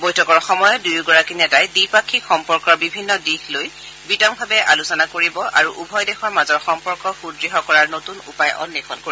বৈঠকৰ সময়ত দুয়োগৰাকী নেতাই দ্বিপাক্ষিক সম্পৰ্কৰ বিভিন্ন দিশ লৈ বিতংভাৱে আলোচনা কৰিব আৰু উভয় দেশৰ মাজৰ সম্পৰ্ক সূদঢ় কৰাৰ নতুন উপায় অন্বেষণ কৰিব